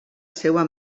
seva